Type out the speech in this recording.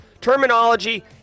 terminology